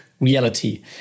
reality